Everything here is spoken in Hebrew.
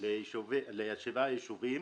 לשבעת היישובים